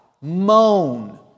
moan